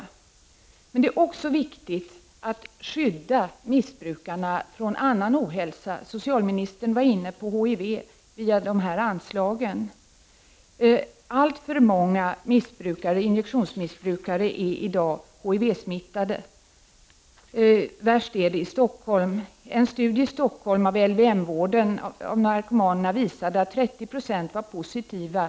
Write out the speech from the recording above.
Det är emellertid också viktigt att skydda missbrukarna mot annan ohälsa. Socialministern var inne på HIV, via de här anslagen. Alltför många injektionsmissbrukare är i dag HIV-smittade. Värst är det i Stockholm. En studie av LVM-vården av narkomaner i Stockholm visade att 30 96 av narkomanerna var HIV-positiva.